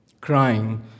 crying